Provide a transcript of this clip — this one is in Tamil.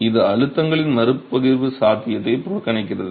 இது அழுத்தங்களின் மறுபகிர்வு சாத்தியத்தை புறக்கணிக்கிறது